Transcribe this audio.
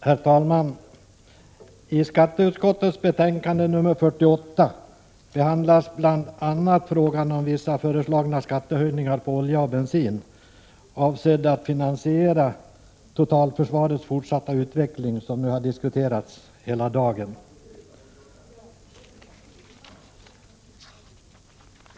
Herr talman! I skatteutskottets betänkande nr 48 behandlas bl.a. frågan om vissa föreslagna skattehöjningar på olja och bensin avsedda att finansiera totalförsvarets fortsatta utveckling, som ju har diskuterats hela dagen.